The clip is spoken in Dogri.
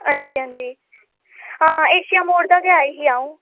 हांजी हांजी आं एशिया मोड़ दा के आई ही अ'ऊं